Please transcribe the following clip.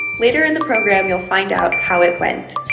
later in the program you'll find out how it went.